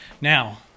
Now